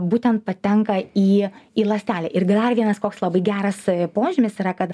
būtent patenka į į ląstelę ir dar vienas koks labai geras požymis yra kad